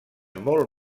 molt